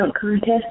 contest